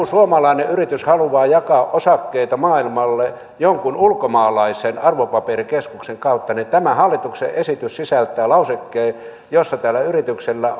suomalainen yritys haluaa jakaa osakkeita maailmalle jonkun ulkomaalaisen arvopaperikeskuksen kautta niin tämä hallituksen esitys sisältää lausekkeen jossa tällä yrityksellä